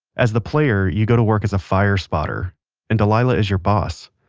as the player, you go to work as a firespotter and delilah is your boss.